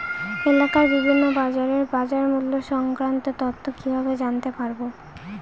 এলাকার বিভিন্ন বাজারের বাজারমূল্য সংক্রান্ত তথ্য কিভাবে জানতে পারব?